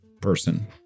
person